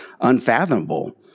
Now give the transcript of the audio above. unfathomable